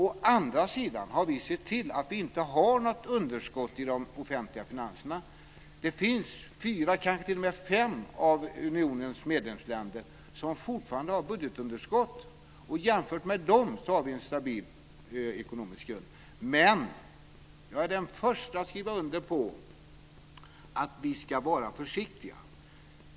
Å andra sidan har vi sett till att inte ha något underskott i de offentliga finanserna. Det finns fyra, kanske t.o.m. fem, av unionens medlemsländer som fortfarande har budgetunderskott. Jämfört med dem har vi en stabil ekonomisk grund. Men jag är den förste att skriva under på att vi ska vara försiktiga.